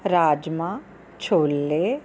rajma ਛੋਲੇ